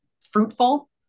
fruitful